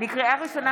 לקריאה ראשונה,